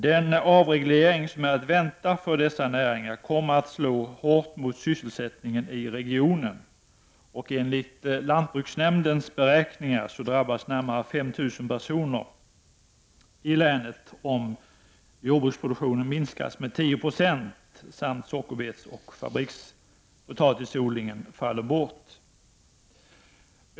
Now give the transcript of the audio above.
Den avreglering som är att vänta för dessa näringar kommer att slå hårt mot sysselsättningen i regionen. Enligt lantbruksnämndens beräkningar drabbas närmare 5 000 personer i länet om jordbruksproduktionen minskas med 10 26 samt sockerbetsoch fabrikspotatisodlingen bortfaller.